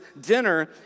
dinner